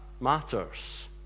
matters